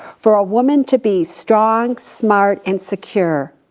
for a woman to be strong, smart, and secure,